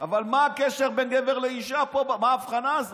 אבל מה הקשר בין גבר לאישה פה, מה ההבחנה הזו?